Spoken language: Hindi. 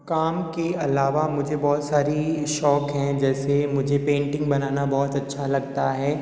काम के अलावा मुझे बहुत सारे शौक हैं जैसे मुझे पेंटिंग बनाना बहुत अच्छा लगता है